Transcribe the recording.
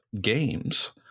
games